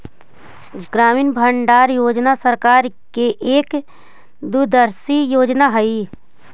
ग्रामीण भंडारण योजना सरकार की एक दूरदर्शी योजना हई